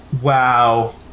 Wow